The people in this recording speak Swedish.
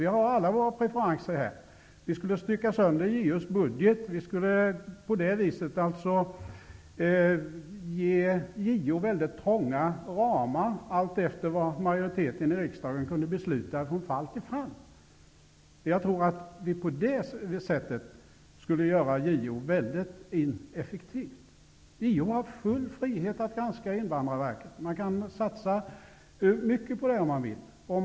Vi har alla våra preferenser. JO:s budget skulle styckas sönder, och JO skulle få väldigt trånga ramar, alltefter hur majoriteten i riksdagen från fall till fall beslutade. På det sättet skulle JO göras väldigt ineffektivt. JO har full frihet att granska Invandrarverket. Det går att satsa mycket på en sådan granskning, om man vill.